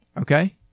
Okay